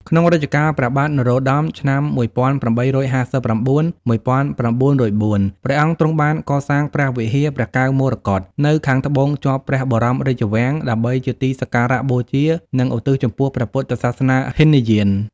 ក្នុងរជ្ជកាល ព្រះបាទនរោត្តម (ឆ្នាំ ១៨៥៩-១៩០៤) ព្រះអង្គទ្រង់បានកសាងព្រះវិហារព្រះកែវមរកត នៅខាងត្បូងជាប់ព្រះបរមរាជវាំងដើម្បីជាទីសក្ការៈបូជា និងឧទ្ទិសចំពោះព្រះពុទ្ធសាសនាហីនយាន។